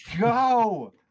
go